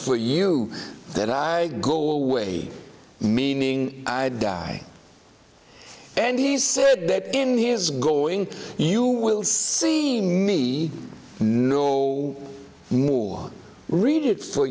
for you that i go away meaning i die and he said that in the is going you will see me no more read it for